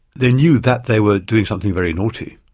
they knew that they were doing something very naughty,